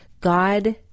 God